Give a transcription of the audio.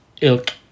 ilk